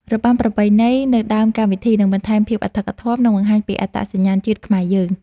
របាំប្រពៃណីនៅដើមកម្មវិធីនឹងបន្ថែមភាពអធិកអធម និង បង្ហាញពីអត្តសញ្ញាណជាតិខ្មែរយើង។